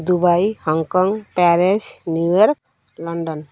Dubai Hong Kong Paris New York London